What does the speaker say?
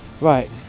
right